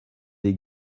est